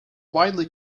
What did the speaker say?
widely